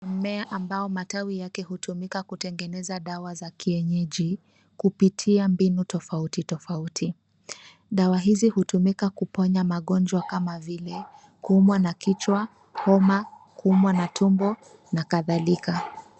Mmea ambao matawi yake hutumika kutengeneza dawa za kienyeji, kupitia mbinu tofauti tofauti. Dawa hizi hutumika kuponya magonjwa kama vile, kuumwa na kichwa, homa, kuumwa na tumbo, na kadhalika.